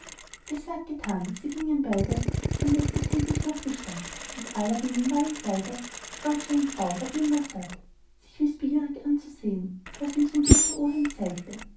gesagt getan sie gingen beide von jetzt ab täglich durch die stadt und aladdin im neuen kleide stolz wie ein pfau ward nimmer satt sich wißbegierig anzusehn was ihm sein guter oheim zeigte